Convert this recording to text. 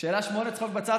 שאלה 8. צחוק בצד.